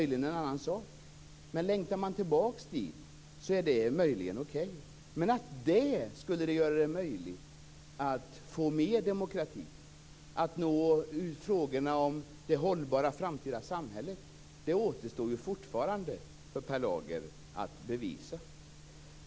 Längtar man tillbaka dit, är det kanhända okej, men att det skulle möjliggöra att få mer demokrati, att klara frågorna om det hållbara framtida samhället, återstår fortfarande för Per Lager att bevisa.